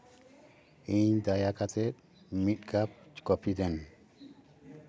ᱤᱧ ᱫᱟᱭᱟ ᱠᱟᱛᱮᱫ ᱢᱤᱫ ᱠᱟᱯ ᱠᱚᱯᱤ ᱫᱮᱱ